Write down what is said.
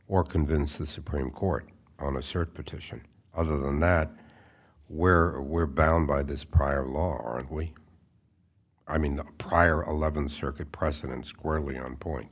or convince the supreme court on a cert petition other than that where we're bound by this prior law aren't we i mean the prior eleventh circuit precedent squarely on point